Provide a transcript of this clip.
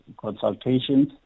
consultations